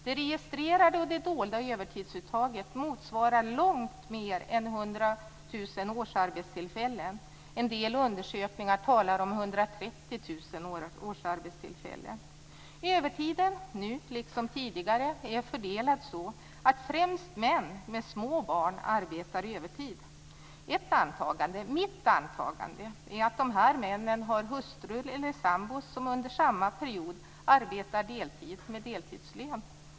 Det registrerade och det dolda övertidsuttaget motsvarar långt mer än 100 000 årsarbetstillfällen. En del undersökningar talar om 130 000 årsarbetstillfällen. Övertiden, nu liksom tidigare, är fördelad så att främst män med små barn arbetar övertid. Ett antagande - mitt antagande - är att de här männen har hustrur eller sambor som under samma period arbetar deltid med deltidslön.